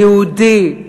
היהודי,